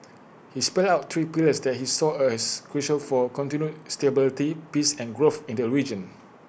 he spelt out three pillars that he saw as crucial for continued stability peace and growth in the region